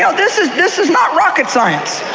yeah this is this is not rocket science,